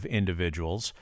individuals